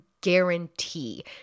Guarantee